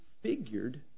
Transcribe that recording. figured